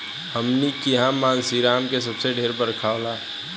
हमनी किहा मानसींराम मे सबसे ढेर बरखा होला